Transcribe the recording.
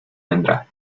vendrá